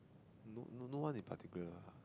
no no no one in particular lah